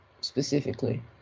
specifically